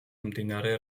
მდინარე